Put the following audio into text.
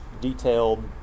detailed